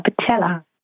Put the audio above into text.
patella